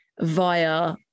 via